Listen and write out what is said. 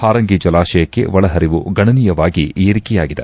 ಹಾರಂಗಿ ಜಲಾಶಯಕ್ಕೆ ಒಳಹರಿವು ಗಣನೀಯವಾಗಿ ವಿರಿಕೆಯಾಗಿದೆ